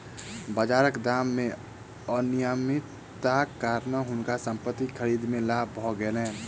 बाजारक दाम मे अनियमितताक कारणेँ हुनका संपत्ति खरीद मे लाभ भ गेलैन